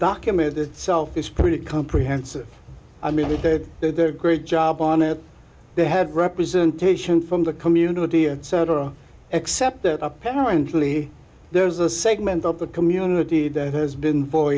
document itself is pretty comprehensive i mean they did their great job on it they had representation from the community and so dora except that apparently there is a segment of the community that has been